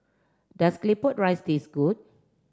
does claypot rice taste good